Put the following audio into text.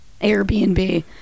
airbnb